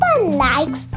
likes